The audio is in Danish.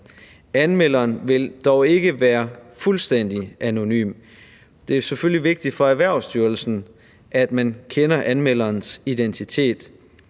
Anmelderen vil dog ikke være fuldstændig anonym. Det er selvfølgelig vigtigt for Erhvervsstyrelsen, at man kender anmelderens identitet,